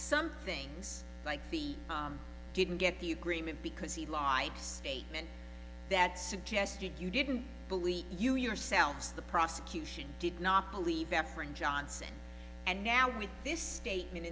some things like he didn't get the agreement because he lied statement that suggested you didn't believe you yourselves the prosecution did not believe efren johnson and now with this statement